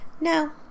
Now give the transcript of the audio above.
No